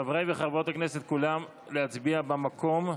חברי וחברות הכנסת, כולם להצביע מהמקום.